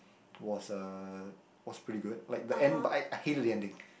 was uh was pretty good like the end but I I hated the ending